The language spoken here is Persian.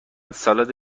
سالاد